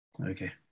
Okay